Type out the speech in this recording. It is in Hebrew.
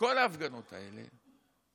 בכל ההפגנות האלה,